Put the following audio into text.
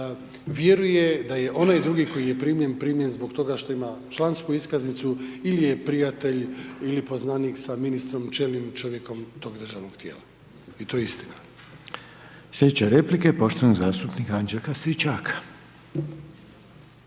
vjeruje da je onaj drugi koji je primljen, primljen zbog toga što ima člansku iskaznicu ili je prijatelj ili poznanik sa ministrom, čelnim čovjekom tog državnog tijela i to je istina. **Reiner, Željko (HDZ)** Slijedeće replike, poštovanog zastupnika Anđelka Stričaka.